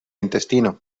intestino